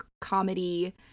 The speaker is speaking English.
comedy